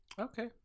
Okay